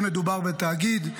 אם מדובר בתאגיד,